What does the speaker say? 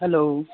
hello